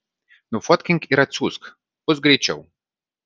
nufotkink ir atsiųsk bus greičiau